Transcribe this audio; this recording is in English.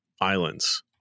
islands